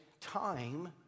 time